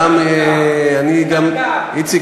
איציק,